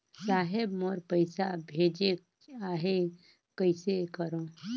साहेब मोर पइसा भेजेक आहे, कइसे करो?